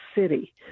city